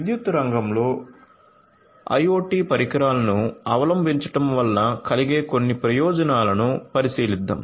విద్యుత్ రంగంలో ఐయోటి పరిష్కారాలను అవలంబించడం వల్ల కలిగే కొన్ని ప్రయోజనాలను పరిశీలిద్దాం